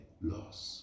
loss